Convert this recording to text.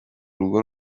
rugo